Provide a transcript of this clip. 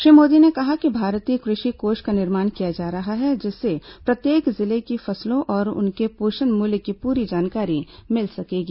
श्री मोदी ने कहा कि भारतीय कृषि कोष का निर्माण किया जा रहा है जिससे प्रत्येक जिले की फसलों और उनके पोषण मूल्य की पूरी जानकारी मिल सकेगी